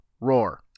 roar